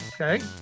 Okay